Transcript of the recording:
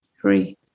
three